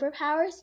superpowers